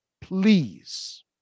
Please